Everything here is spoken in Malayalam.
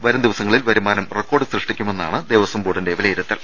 വരും ദിവസങ്ങളിൽ വരുമാനം റെക്കോർഡ് സൃഷ്ടിക്കു മെന്നാണ് ദേവസ്വം ബോർഡിന്റെ വിലയിരുത്തൽ